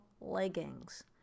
leggings